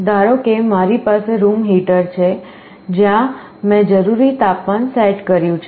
ધારો કે મારી પાસે રૂમ હીટર છે જ્યાં મેં જરૂરી તાપમાન સેટ કર્યું છે